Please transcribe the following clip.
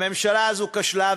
הממשלה הזאת כשלה,